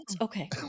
Okay